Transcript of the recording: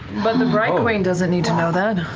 but the bright queen doesn't need to know that.